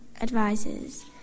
advisors